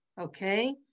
okay